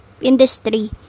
industry